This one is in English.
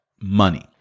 money